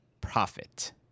profit